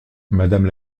madame